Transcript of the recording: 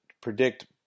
predict